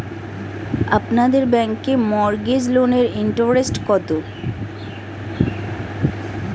আপনাদের ব্যাংকে মর্টগেজ লোনের ইন্টারেস্ট কত?